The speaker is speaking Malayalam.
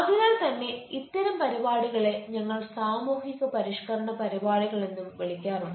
അതിനാൽ തന്നെ ഇത്തരം പരിപാടികളെ ഞങ്ങൾ സാമൂഹിക പരിഷ്ക്കരണ പരിപാടികൾ എന്നും വിളിക്കാറുണ്ട്